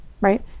right